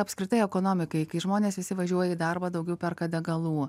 apskritai ekonomikai kai žmonės visi važiuoja į darbą daugiau perka degalų